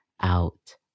out